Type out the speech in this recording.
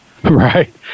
right